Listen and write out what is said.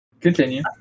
Continue